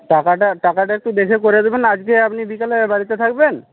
টাকাটা টাকাটা একটু দেখে করে দেবেন আজকে আপনি বিকেলে বাড়িতে থাকবেন